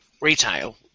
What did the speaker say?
retail